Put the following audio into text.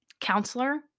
counselor